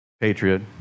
patriot